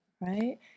right